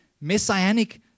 messianic